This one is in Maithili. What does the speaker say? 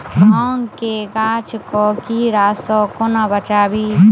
भांग केँ गाछ केँ कीड़ा सऽ कोना बचाबी?